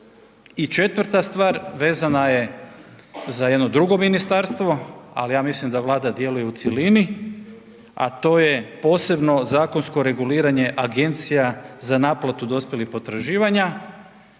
I četvrta stvar, vezana je za jedno drugo ministarstvo, ali ja mislim da Vlada djeluje u cjelini, a to je posebno zakonsko reguliranje agencija za naplatu dospjelih potraživanja.